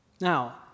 Now